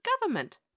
government